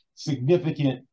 significant